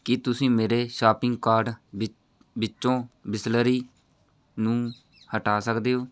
ਕੀ ਤੁਸੀਂ ਮੇਰੇ shopping cart ਵਿਚ ਵਿੱਚੋਂ ਬਿਸਲਰੀ ਨੂੰ ਹਟਾ ਸਕਦੇ ਹੋ